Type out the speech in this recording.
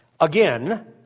Again